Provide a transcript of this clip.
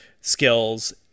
skills